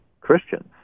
Christians